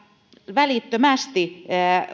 välittömästi